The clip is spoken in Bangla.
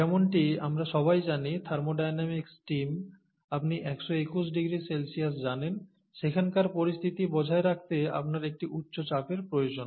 যেমনটি আমরা সবাই জানি থার্মোডাইনামিক স্টিম আপনি 121 ডিগ্রি সেলসিয়াস জানেন সেখানকার পরিস্থিতি বজায় রাখতে আপনার একটি উচ্চ চাপের প্রয়োজন